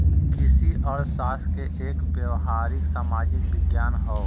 कृषि अर्थशास्त्र एक व्यावहारिक सामाजिक विज्ञान हौ